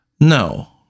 No